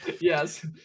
yes